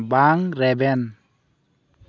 ᱵᱟᱝ ᱨᱮᱵᱮᱱ